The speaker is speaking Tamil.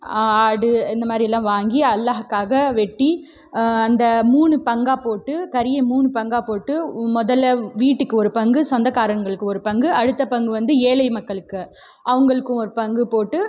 ஆடு இந்த மாதிரிலாம் வாங்கி அல்லாக்காக வெட்டி அந்த மூணு பங்காக போட்டு கறியை மூணு பங்காக போட்டு முதலில் வீட்டுக்கு ஒரு பங்கு சொந்தக்காரங்களுக்கு ஒரு பங்கு அடுத்த பங்கு வந்து ஏழை மக்களுக்கு அவங்களுக்கும் ஒரு பங்கு போட்டு